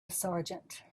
sergeant